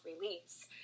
release